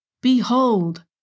Behold